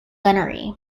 gunnery